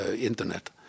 internet